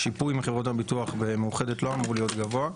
השיפוי מחברות הביטוח במאוחדת לא אמור להיות גבוה.